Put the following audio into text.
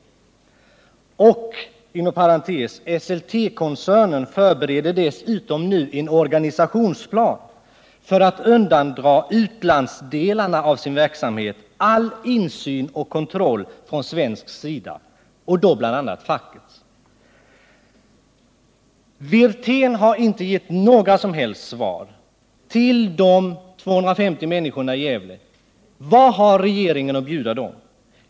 Inom parentes kan sägas att Esseltekoncernen dessutom nu förbereder en organisationsplan för att undandra utlandsdelarna av sin verksamhet all insyn och kontroll från svensk sida, bl.a. fackets. Herr Wirtén har inte givit några som helst svar till de 250 människorna i Gävle. Vad har regeringen att erbjuda dem?